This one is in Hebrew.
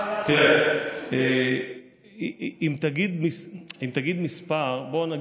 מה היעד שלך?